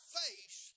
face